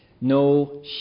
No